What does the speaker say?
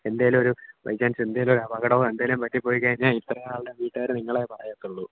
എന്തേലുമൊരു by chance എന്തേലുമൊരു അപകടമോ എന്തേലും പറ്റിപ്പോയി കഴിഞ്ഞാൽ ഇത്ര ആളുടെ വീട്ടുകാരും നിങ്ങളെയെ പറയത്തുള്ളൂ